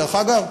דרך אגב,